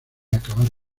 acabar